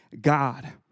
God